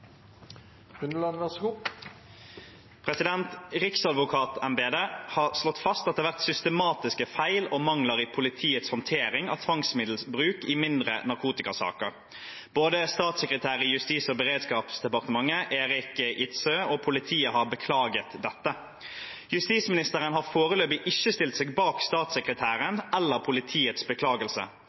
mangler i politiets håndtering av tvangsmiddelbruk i mindre narkotikasaker. Både statssekretær i Justis- og beredskapsdepartementet Erik Sandsmark Idsøe og politiet har beklaget dette. Justisministeren har foreløpig ikke stilt seg bak statssekretærens eller politiets beklagelse.